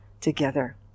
together